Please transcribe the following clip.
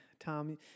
Tom